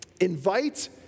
invite